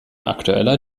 aktueller